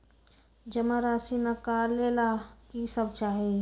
जमा राशि नकालेला कि सब चाहि?